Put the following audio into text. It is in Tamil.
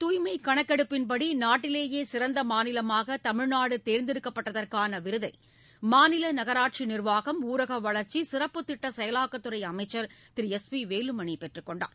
தூய்மை கணக்கெடுப்பின்படி நாட்டிலேயே சிறந்த ஊரக மாநிலமாக தமிழ்நாடு தேர்ந்தெடுக்கப்பட்டதற்கான விருதை மாநில நகராட்சி நிர்வாகம் ஊரக வளர்ச்சி சிறப்பு திட்ட செயலாக்க துறை அமைச்சர் திரு எஸ் பி வேலுமணி பெற்றுக்கொண்டார்